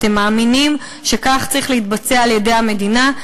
אתם מאמינים שכך זה צריך להתבצע על-ידי המדינה,